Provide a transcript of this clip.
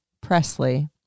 Presley